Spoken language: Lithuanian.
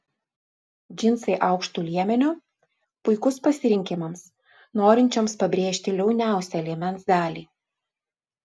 džinsai aukštu liemeniu puikus pasirinkimams norinčioms pabrėžti liauniausią liemens dalį